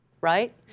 right